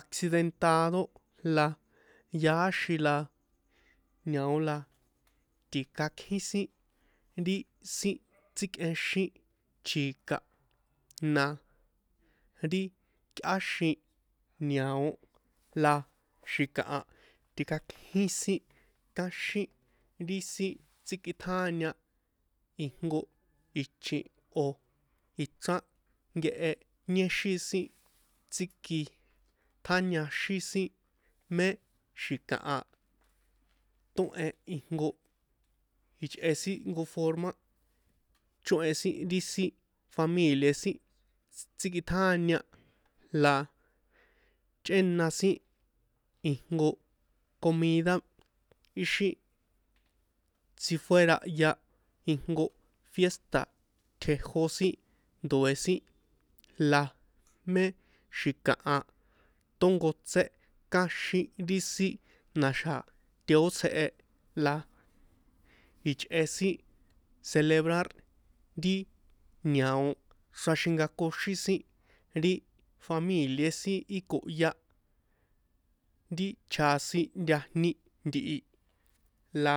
Accidentado la yaáxin la ñao la tikákjin sin ri sin tsíkꞌexín chika na ri yꞌáxin niao la xi̱kaha tikakjin sin káxin ri sin tsikꞌitjaña ijnko ichin o̱ ijnko ichrán nkehe niéxin sin tsíki tjáñaxín sin mé xi̱kaha tóhen ijnko ichꞌe sin jnko forma chóhen sin ri sin familia sin tsikitjaña la chꞌéna sin ijnko comida ixi sifuerahya ijnko fiesta tjejó sin ndoe̱ sin la mé xi̱kaha tónkotsé káxin ri sin na̱xa̱ teótsjehe la ichꞌe sin celebrar ti ñao xraxinkakoxín sin ri familia sin í kohya ri chjasintajni ntihi la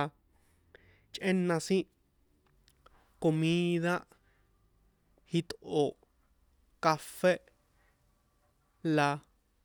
chꞌéna sin comida itꞌo̱ café la.